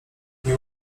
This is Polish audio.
nie